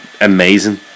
amazing